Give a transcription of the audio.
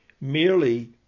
merely